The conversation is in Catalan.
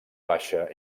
baixa